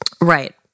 Right